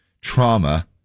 trauma